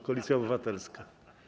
Koalicja Obywatelska.